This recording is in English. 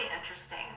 interesting